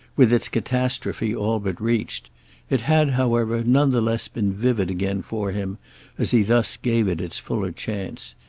with its catastrophe all but reached it had, however, none the less been vivid again for him as he thus gave it its fuller chance.